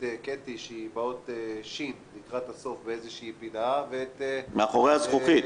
קטי שהיא באות ש' לקראת הסוף באיזושהי פינה -- מאחורי הזכוכית.